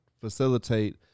facilitate